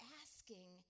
asking